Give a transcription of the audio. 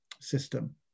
system